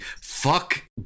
fuck